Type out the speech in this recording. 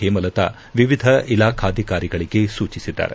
ಹೇಮಲತ ವಿವಿಧ ಇಲಾಖಾಧಿಕಾರಿಗಳಿಗೆ ಸೂಚಿಸಿದ್ದಾರೆ